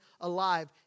alive